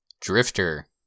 Drifter